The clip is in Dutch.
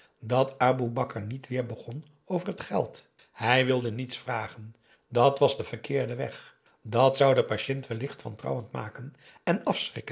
dat aboe bakar niet weer begon over het geld hij wilde niets vragen dàt was de verkeerde weg dàt zou den patiënt wellicht wantrouwend maken en afschrikken